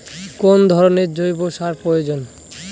কোন ধরণের জৈব সার প্রয়োজন?